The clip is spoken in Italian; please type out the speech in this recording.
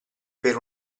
per